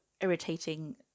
irritating